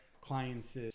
client's